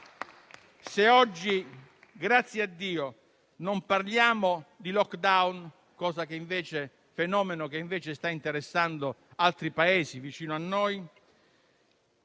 Se oggi, grazie a Dio, non parliamo di *lockdown*, fenomeno che invece sta interessando altri Paesi vicini e che